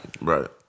Right